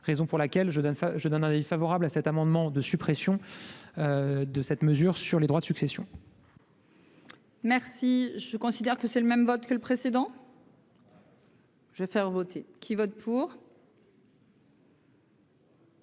raison pour laquelle je donne, je donne un avis favorable à cet amendement de suppression de cette mesure sur les droits de succession. Merci, je considère que c'est le même vote que le précédent. Je vais faire voter qui votent pour.